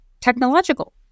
technological